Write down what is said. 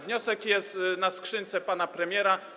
Wniosek jest na skrzynce pana premiera.